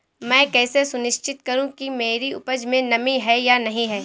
मैं कैसे सुनिश्चित करूँ कि मेरी उपज में नमी है या नहीं है?